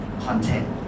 Content